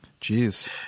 Jeez